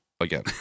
again